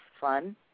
fun